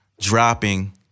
dropping